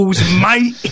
mate